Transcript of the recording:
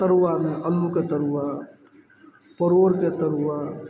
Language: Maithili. तरुआमे अल्लूके तरुआ परोड़के तरुआ